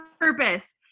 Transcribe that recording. purpose